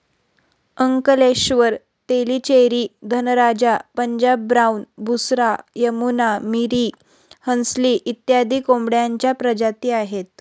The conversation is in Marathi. अंकलेश्वर, तेलीचेरी, धनराजा, पंजाब ब्राऊन, बुसरा, यमुना, मिरी, हंसली इत्यादी कोंबड्यांच्या प्रजाती आहेत